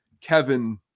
Kevin